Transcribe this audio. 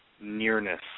nearness